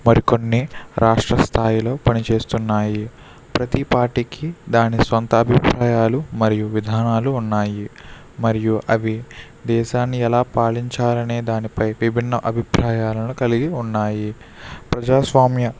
మరికొన్ని రాష్ట్ర స్థాయిలో పనిచేస్తున్నాయి ప్రతి పార్టీ కి దాని సొంత అభిప్రాయాలు మరియు విధానాలు ఉన్నాయి మరియు అవి దేశాన్ని ఎలా పాలించాయి అనేదానిపై విభిన్న అభిప్రాయాలను కలిగి ఉన్నాయి ప్రజాస్వామ్య